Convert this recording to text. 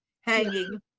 hanging